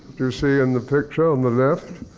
do you see in the picture, on the left?